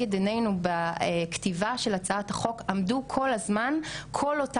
וראינו שאנחנו מצליחות לתת מענה לכל התחומים.